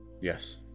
Yes